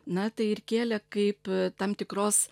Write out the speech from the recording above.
na tai ir kėlė kaip tam tikros